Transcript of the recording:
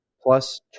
Plus